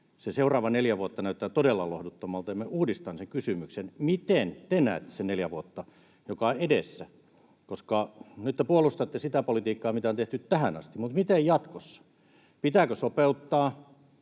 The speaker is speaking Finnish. seuraavat neljä vuotta näyttävät todella lohduttomilta, ja minä uudistan sen kysymyksen, miten te näette sen neljä vuotta, jotka ovat edessä, koska nyt te puolustatte sitä politiikkaa, mitä on tehty tähän asti. Mutta miten jatkossa: pitääkö sopeuttaa,